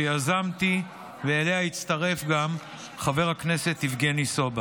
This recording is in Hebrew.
שיזמתי, ואליה הצטרף גם חבר הכנסת יבגני סובה.